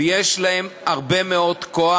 ויש להם הרבה מאוד כוח.